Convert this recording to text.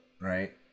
right